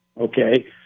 Okay